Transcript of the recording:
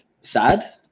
sad